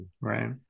Right